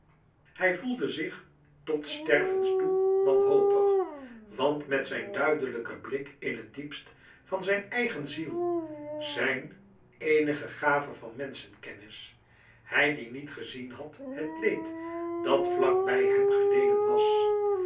hij voelde zich tot stervens toe wanhopig want met zijn duidelijken blik in het diepst van zijn eigen ziel zijn eenige gave van menschenkennis hij die niet gezien had het leed dat vlak bij hem geleden was